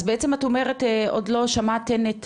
אז בעצם את אומרת, עוד לא שמעתן את